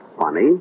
funny